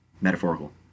metaphorical